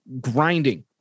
grinding